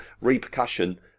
repercussion